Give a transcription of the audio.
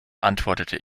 antwortete